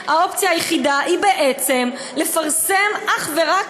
האופציה היחידה היא בעצם לפרסם אך ורק